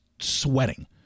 sweating